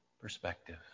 perspective